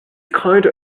kind